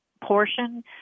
portion